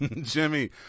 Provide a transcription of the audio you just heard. Jimmy